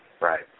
right